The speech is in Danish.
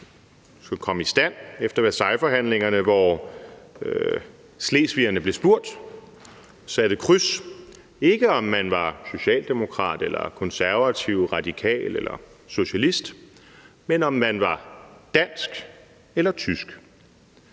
som kom i stand efter Versaillesforhandlingerne, hvor slesvigerne blev spurgt, og hvor de satte deres kryds. Man blev ikke spurgt, om man var socialdemokrat, konservativ, radikal eller socialist, men om man var dansk eller tysk.